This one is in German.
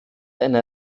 eine